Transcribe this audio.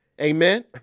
Amen